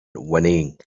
whinnying